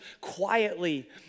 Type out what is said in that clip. quietly